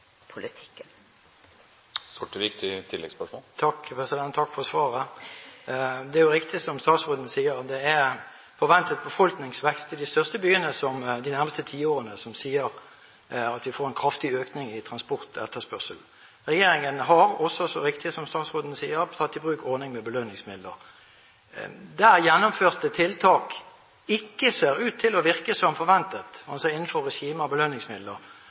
Takk for svaret. Det er jo riktig, som statsråden sier, at det er forventet en befolkningsvekst i de største byene de nærmeste tiårene som tilsier at vi får en kraftig økning i transportetterspørselen. Regjeringen har, som statsråden også riktig sier, tatt i bruk ordningen med belønningsmidler. Der gjennomførte tiltak ikke ser ut til å virke som forventet, altså innenfor regimet av belønningsmidler,